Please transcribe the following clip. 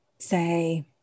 say